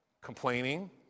complaining